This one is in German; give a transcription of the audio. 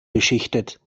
beschichtet